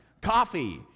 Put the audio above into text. Coffee